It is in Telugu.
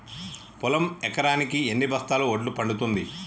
పొలం ఎకరాకి ఎన్ని బస్తాల వడ్లు పండుతుంది?